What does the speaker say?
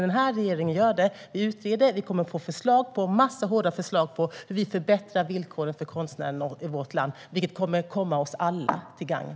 Den här regeringen gör det, och vi kommer att få en massa hårda förslag till hur vi kan förbättra villkoren för konstnärerna i vårt land, vilket kommer att vara oss alla till gagn.